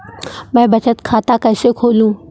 मैं बचत खाता कैसे खोलूँ?